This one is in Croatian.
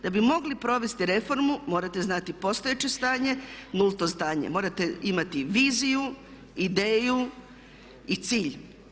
Da bi mogli provesti reformu morate znati postojeće stanje, nulto stanje, morate imati viziju, ideju i cilj.